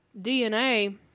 DNA